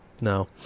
No